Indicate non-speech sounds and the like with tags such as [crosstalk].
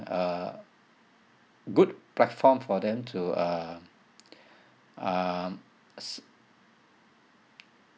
uh good platform for them to uh [breath] um